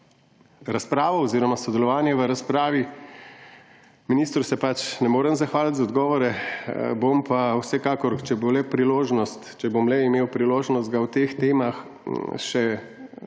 razpravo oziroma sodelovanje v razpravi. Ministru se pač ne morem zahvaliti za odgovore, bom pa vsekakor, če bo le priložnost, če bom le